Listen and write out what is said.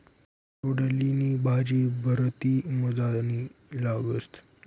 तोंडली नी भाजी भलती मजानी लागस